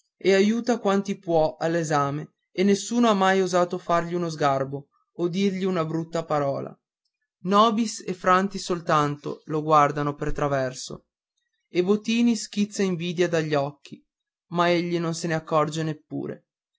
e aiuta quanti può all'esame e nessuno ha mai osato fargli uno sgarbo o dirgli una brutta parola nobis e franti soltanto lo guardano per traverso e votini schizza invidia dagli occhi ma egli non se n'accorge neppure